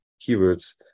keywords